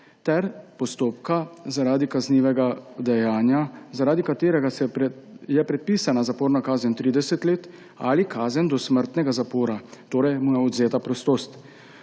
ter postopka zaradi kaznivega dejanja, zaradi katerega je predpisana zaporna kazen 30 let ali kazen dosmrtnega zapora, torej mu je odvzeta prostost.